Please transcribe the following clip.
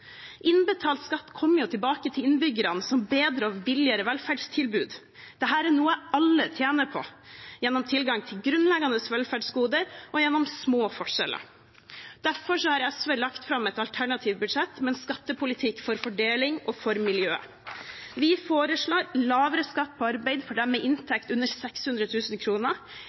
Innbetalt skatt kommer jo tilbake til innbyggerne som bedre og billigere velferdstilbud. Dette er noe alle tjener på, gjennom tilgang til grunnleggende velferdsgoder og gjennom små forskjeller. Derfor har SV lagt fram et alternativt budsjett med en skattepolitikk for fordeling og for miljøet. Vi foreslår lavere skatt på arbeid for dem med inntekt under